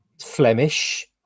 Flemish